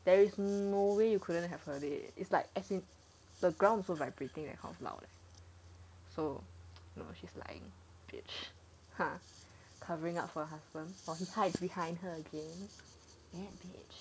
there is no way you couldn't have heard it is like as in the ground also vibrating that kind of loud so no she's lying bitch ha covering up for her husband while he hides behind her again that bitch